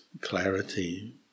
clarity